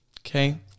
okay